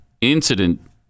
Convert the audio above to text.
incident